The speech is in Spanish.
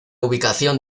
ubicación